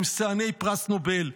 עם שיאני פרס נובל,